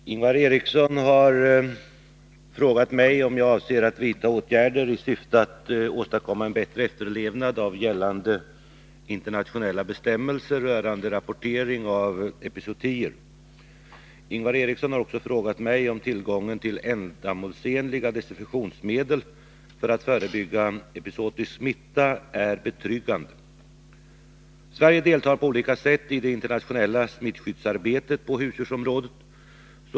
Herr talman! Ingvar Eriksson har frågat mig om jag avser att vidtaga åtgärder i syfte att åstadkomma en bättre efterlevnad av gällande internationella bestämmelser rörande rapportering av epizootier. Ingvar Eriksson har också frågat mig om tillgången till ändamålsenliga desinfektionsmedel för att förebygga epizootisk smitta är betryggande. Sverige deltar på olika sätt i det internationella smittskyddsarbtet på husdjursområdet.